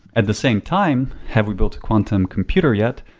at the same time, have we built a quantum computer yet?